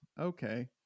Okay